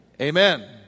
Amen